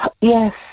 Yes